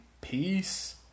Peace